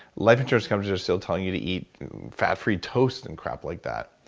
life insurance companies are still telling you to eat fat-free toast and crap like that.